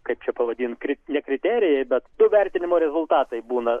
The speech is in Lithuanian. kaip čia pavadint kri ne kriterijai bet du vertinimo rezultatai būna